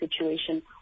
situation